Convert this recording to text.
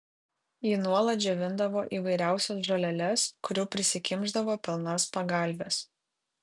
ji nuolat džiovindavo įvairiausias žoleles kurių prisikimšdavo pilnas pagalves